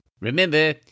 Remember